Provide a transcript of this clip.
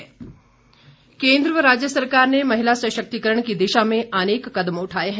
महिला सशक्तिकरण केन्द्र व राज्य सरकार ने महिला सशक्तिकरण की दिशा में अनेक कदम उठाए हैं